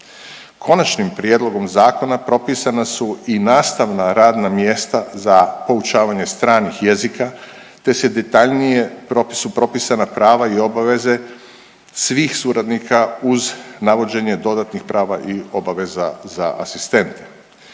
Konačnim prijedlogom zakona propisana su i nastavna radna mjesta za poučavanje stranih jezika te su detaljnije u propisu propisana prava i obaveze svih suradnika uz navođenje dodatnih prava i obaveza za asistente.